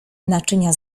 naczynia